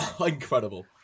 Incredible